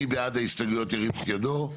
מי בעד ההסתייגויות ירים את ידו?